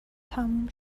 تموم